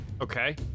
Okay